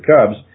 Cubs